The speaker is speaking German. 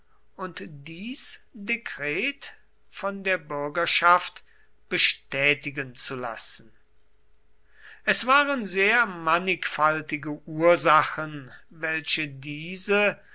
und dies dekret von der bürgerschaft bestätigen zu lassen es waren sehr mannigfaltige ursachen welche diese